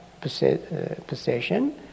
possession